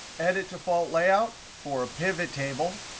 edit default layout for a pivottable